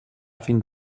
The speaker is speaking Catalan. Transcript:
fins